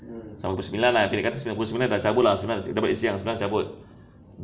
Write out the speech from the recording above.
sampai pukul sembilan ah kirakan pukul sembilan dia dah cabut kita balik siang dah cabut